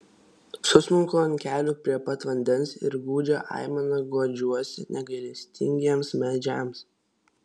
susmunku ant kelių prie pat vandens ir gūdžia aimana guodžiuosi negailestingiems medžiams